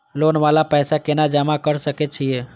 Loan वाला पैसा केना जमा कर सके छीये?